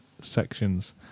sections